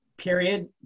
Period